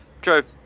Drove